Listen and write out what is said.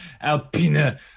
Alpine